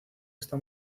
está